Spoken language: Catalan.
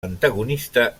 antagonista